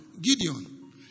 Gideon